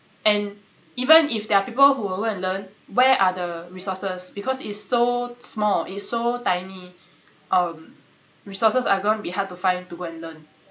and even if there are people who will go and learn where are the resources because it's so small it's so tiny um resources are gonna be hard to find to go and learn